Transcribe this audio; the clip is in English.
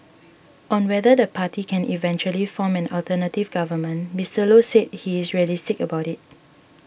on whether the party can eventually form an alternative government Mister Low said he is realistic about it